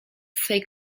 swej